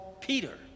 Peter